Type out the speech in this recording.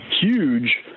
huge